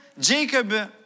Jacob